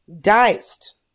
diced